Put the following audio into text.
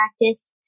practice